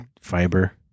fiber